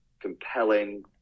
compelling